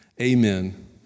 amen